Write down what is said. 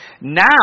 Now